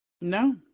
No